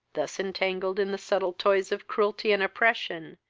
thus entangled in the subtle toils of cruelty and oppression,